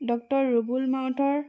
doctor Rubul মাউতৰ